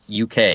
UK